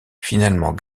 finalement